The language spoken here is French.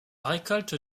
récolte